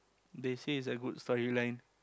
they say it's a good storyline